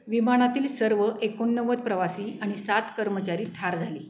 विमानातील सर्व एकोणनव्वद प्रवासी आणि सात कर्मचारी ठार झाली